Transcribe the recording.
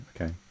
Okay